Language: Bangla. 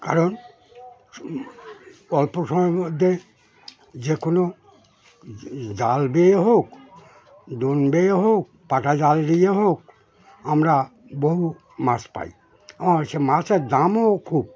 কারণ অল্প সময়ের মধ্যে যে কোনো জাল বেয়ে হোক ডোন বেয়ে হোক পাটা জাল দিয়ে হোক আমরা বহু মাছ পাই আর সে মাছের দামও খুব